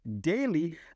daily